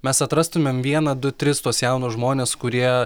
mes atrastumėm vieną du tris tuos jaunus žmones kurie